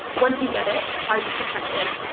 once you get it, are you protected.